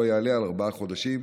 לא יעלה על ארבעה חודשים.